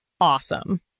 awesome